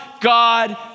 God